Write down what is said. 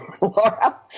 Laura